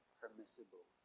permissible